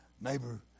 neighbor